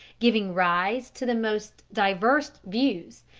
giving rise to the most diverse views,